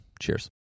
Cheers